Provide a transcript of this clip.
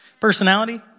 Personality